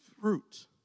fruit